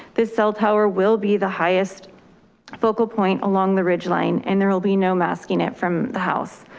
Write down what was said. this cell tower will be the highest focal point along the ridge line, and there will be no masking it from the house.